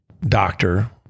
doctor